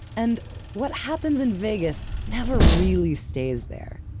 and what happens in vegas never really stays there.